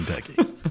Kentucky